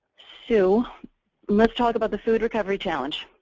so let's talk about the food recovery challenge.